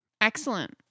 Excellent